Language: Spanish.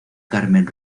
carmen